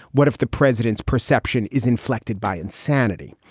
what if the president's perception is inflected by insanity?